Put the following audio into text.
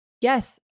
yes